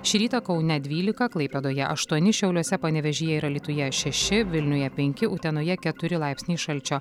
šį rytą kaune dvylika klaipėdoje aštuoni šiauliuose panevėžyje ir alytuje šeši vilniuje penki utenoje keturi laipsniai šalčio